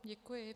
Děkuji.